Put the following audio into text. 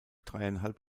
dreieinhalb